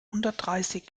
hundertdreißig